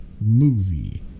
movie